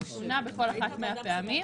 והוא שונה בכל אחת מהפעמים.